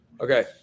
Okay